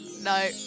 No